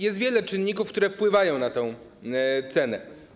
Jest wiele czynników, które wpływają na tę cenę.